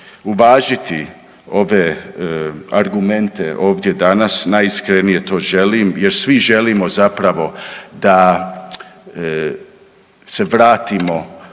uvažiti ove argumente ovdje danas, najiskrenije to želim jer svi želimo zapravo da se vratimo